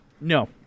No